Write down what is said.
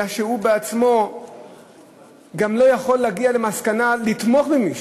אלא שהוא עצמו גם לא יכול להגיע למסקנה ולתמוך במישהו.